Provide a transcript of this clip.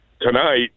tonight